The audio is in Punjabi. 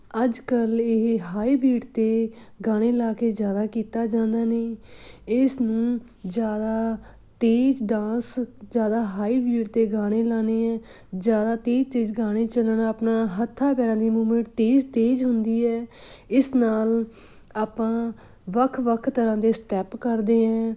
ਅੱਜ ਕੱਲ੍ਹ ਇਹ ਹਾਈ ਬੀਟ 'ਤੇ ਗਾਣੇ ਲਾ ਕੇ ਜ਼ਿਆਦਾ ਕੀਤਾ ਜਾਂਦਾ ਨੇ ਇਸ ਨੂੰ ਜ਼ਿਆਦਾ ਤੇਜ਼ ਡਾਂਸ ਜ਼ਿਆਦਾ ਹਾਈ ਬੀਟ 'ਤੇ ਗਾਣੇ ਲਾਉਣੇ ਹੈ ਜ਼ਿਆਦਾ ਤੇਜ਼ ਤੇਜ਼ ਗਾਣੇ ਚੱਲਣ ਆਪਣਾ ਹੱਥਾਂ ਪੈਰਾਂ ਦੀ ਮੂਵਮੈਂਟ ਤੇਜ਼ ਤੇਜ਼ ਹੁੰਦੀ ਹੈ ਇਸ ਨਾਲ ਆਪਾਂ ਵੱਖ ਵੱਖ ਤਰ੍ਹਾਂ ਦੇ ਸਟੈੱਪ ਕਰਦੇ ਹੈ